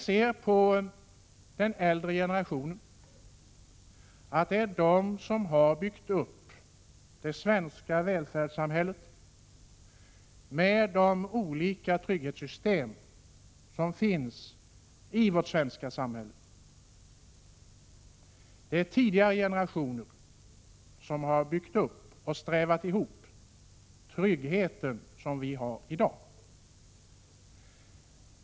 Det är den äldre generationen som har byggt upp det svenska välfärdssamhället med de olika trygghetssystem som finns i vårt svenska samhälle. Det är tidigare generationer som har byggt upp och strävat ihop tryggheten som vi har i dag.